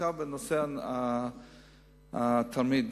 עכשיו בנושא בריאות התלמיד,